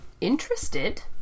Interested